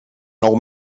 nou